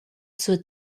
zur